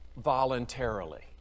voluntarily